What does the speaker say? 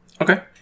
Okay